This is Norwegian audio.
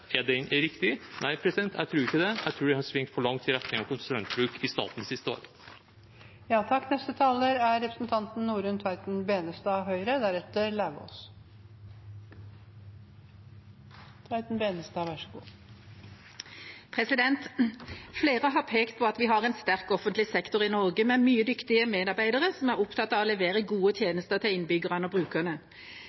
Er den riktig? Nei, jeg tror ikke det, jeg tror det har svingt for langt i retning av konsulentbruk i staten de siste årene. Flere har pekt på at vi har en sterk offentlig sektor i Norge med mange dyktige medarbeidere som er opptatt av å levere gode